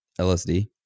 LSD